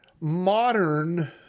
modern